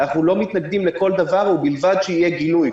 אנחנו לא מתנגדים לכל דבר, ובלבד שיהיה גילוי.